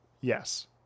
Yes